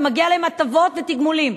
ומגיע להם הטבות ותגמולים.